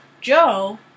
Joe